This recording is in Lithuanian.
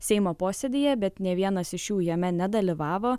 seimo posėdyje bet nė vienas iš jų jame nedalyvavo